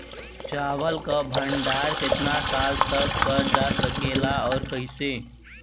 चावल क भण्डारण कितना साल तक करल जा सकेला और कइसे?